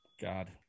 God